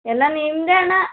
ಎಲ್ಲ ನಿಮ್ದೇ ಅಣ್ಣ